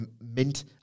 mint